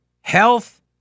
health